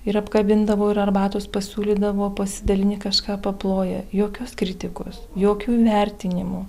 ir apkabindavo ir arbatos pasiūlydavo pasidalini kažką paploja jokios kritikos jokių vertinimų